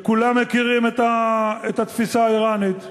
וכולם מכירים את התפיסה האיראנית.